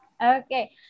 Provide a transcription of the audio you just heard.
Okay